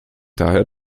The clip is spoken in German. daher